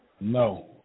no